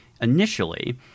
initially